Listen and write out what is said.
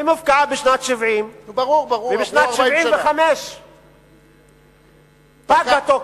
אם הופקעה בשנת 1970, ובשנת 1975 פג התוקף,